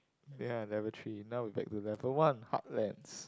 ya at level three now we back to level one heartlands